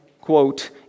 quote